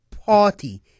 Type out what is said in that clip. party